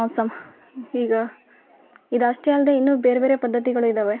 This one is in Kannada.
ಸಮಾ ಈಗ ಇದಷ್ಟೇ ಅಲ್ಲದೇ ಇನ್ನು ಬೇರೆ ಬೇರೆ ಪದ್ಧತಿಗಳು ಇದಾವೆ